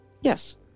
Yes